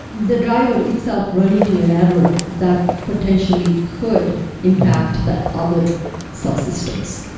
the driver itself running to an error, that potentially could impact the other subsystems.